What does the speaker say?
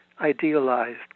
idealized